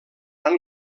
van